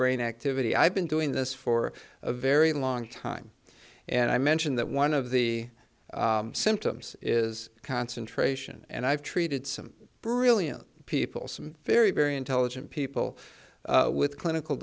brain activity i've been doing this for a very long time and i mentioned that one of the symptoms is concentration and i've treated some brilliant people some very very intelligent people with clinical